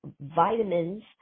vitamins